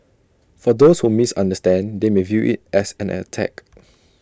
for those who misunderstand they may view IT as an attack